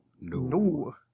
No